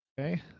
Okay